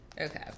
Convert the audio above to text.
Okay